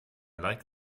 like